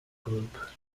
group